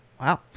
Wow